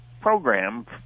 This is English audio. program